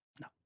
No